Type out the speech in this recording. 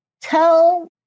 tell